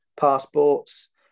passports